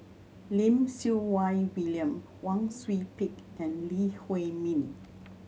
Lim Siew Wai William Wang Sui Pick and Lee Huei Min